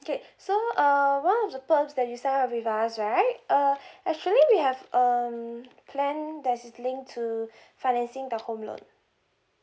okay so uh one of the perks that you sign up with us right uh actually we have um plan to financing the home loan